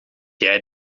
jij